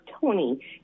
Tony